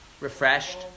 Refreshed